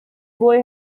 boy